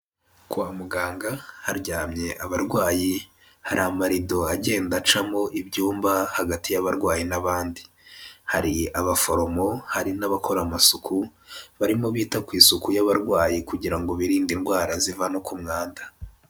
Kwa muganga haryamye abarwayi hari amarido agenda acamo ibyumba hagati y'abarwayi n'abandi, hari abaforomo hari n'abakora amasuku barimo bita ku isuku y'abarwayi kugira ngo birinde indwara ziva no ku mwanda.